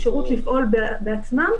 אפשרות לפעול בעצמם.